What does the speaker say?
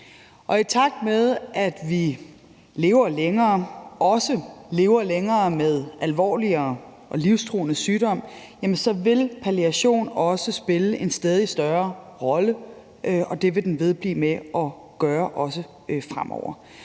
lever længere og også lever længere med alvorlige og livstruende sygdomme, vil palliation også spille en stadig større rolle, og det vil den også fremover